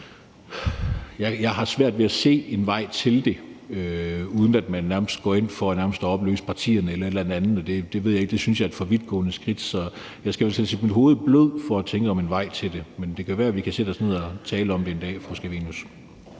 Jeg har svært ved at se en vej til det, uden at man nærmest går ind for at opløse partierne eller noget andet, og det synes jeg er et for vidtgående skridt. Jeg skal lægge mit hovedet i blød for at finde på en vej til det, men det kan være, vi kan sætte os ned og tale om det en dag, fru Theresa